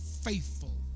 faithful